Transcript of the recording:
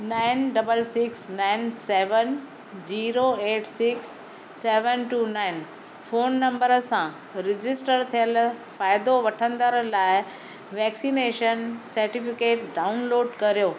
nine double six nine seven zero eight six seven two nine phone number सां register थियलु फ़ाइदो वठंदड़ लाइ वैक्सीनेशन सर्टिफिकेट डाउनलोड करियो